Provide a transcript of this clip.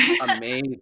Amazing